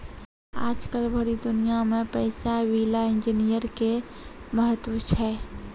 आजकल भरी दुनिया मे पैसा विला इन्जीनियर के महत्व छै